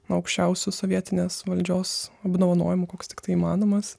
nuo aukščiausių sovietinės valdžios apdovanojimų koks tiktai įmanomas